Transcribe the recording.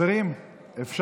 מינימום.